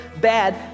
bad